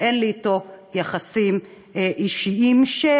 ואין לי יחסים אישיים אתו,